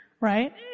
Right